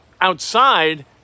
outside